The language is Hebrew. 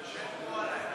הכי טוב.